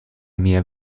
mir